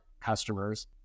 customers